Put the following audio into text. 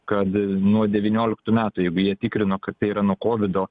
kad nuo devynioliktų metų jeigu jie tikrino kad tai yra nuo kovido